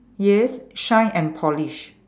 yes shine and polish